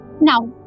Now